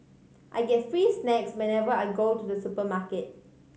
I get free snacks whenever I go to the supermarket